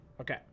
Okay